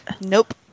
Nope